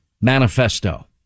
Manifesto